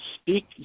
Speak